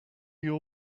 your